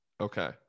okay